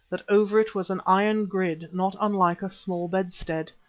that over it was an iron grid not unlike a small bedstead,